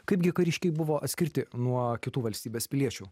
kaipgi kariškiai buvo atskirti nuo kitų valstybės piliečių